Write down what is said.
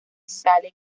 sale